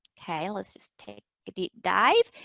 okay, let's just take a deep dive.